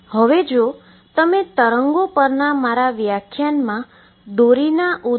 હવે મને લાગે છે કે આ 22m બનશે અને જે કોન્સન્ટ Amω2x2x Amωx12m2x2Aψ બરાબર હોવાનું જણાય છે